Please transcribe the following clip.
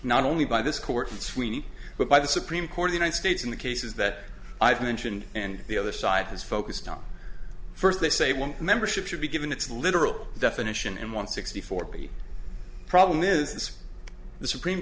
not only by this court in sweeney but by the supreme court united states in the cases that i've mentioned and the other side has focused on first they say one membership should be given its literal definition and one sixty four p problem is this the supreme